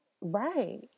right